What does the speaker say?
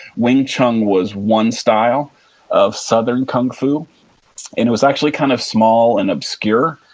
wing chun was one style of southern kung fu and it was actually kind of small and obscure.